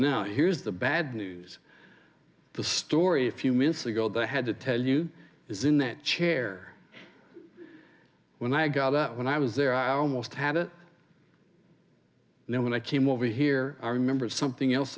now here's the bad news the story a few minutes ago that i had to tell you is in that chair when i got that when i was there i almost had it and then when i came over here i remembered something else